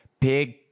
big